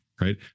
right